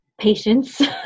Patience